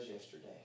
yesterday